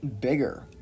bigger